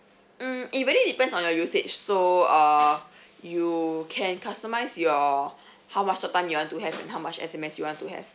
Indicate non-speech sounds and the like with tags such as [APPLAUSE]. mm it really depends on your usage so err [BREATH] you can customise your [BREATH] how much talk time you want to have and how much S_M_S you want to have